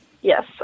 Yes